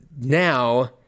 now